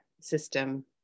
system